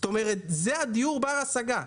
זה הדיור בר השגה.